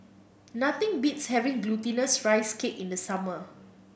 nothing beats having Glutinous Rice Cake in the summer